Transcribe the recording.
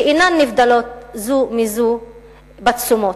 שאינן נבדלות זו מזו בתשומות,